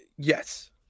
Yes